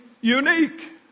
unique